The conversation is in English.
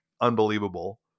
unbelievable